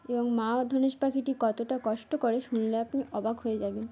এবং মা ধনেশ পাখিটি কতটা কষ্ট করে শুনলে আপনি অবাক হয়ে যাবেন